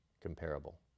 comparable